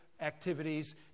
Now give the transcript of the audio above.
activities